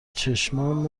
چشمام